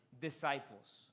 disciples